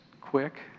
quick